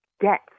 get